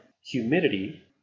humidity